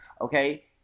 Okay